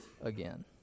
again